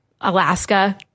Alaska